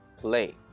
play